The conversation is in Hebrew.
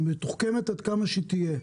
מתוחכמת עד כמה שתהיה,